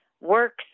works